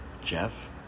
Jeff